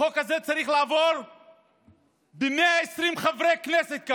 החוק הזה צריך לעבור כאן ב-120 חברי כנסת.